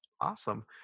Awesome